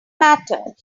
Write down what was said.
matter